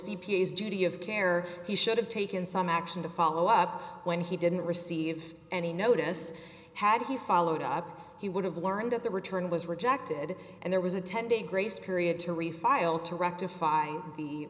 p s duty of care he should have taken some action to follow up when he didn't receive any notice had he followed up he would have learned that the return was rejected and there was a ten day grace period to refile to rectify the